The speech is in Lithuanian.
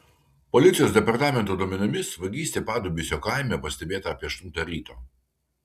policijos departamento duomenimis vagystė padubysio kaime pastebėta apie aštuntą ryto